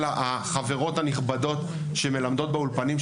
של החברות הנכבדות שמלמדות באולפנים,